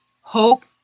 hope